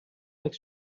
like